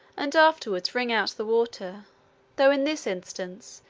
and afterward wring out the water though in this instance,